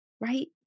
Right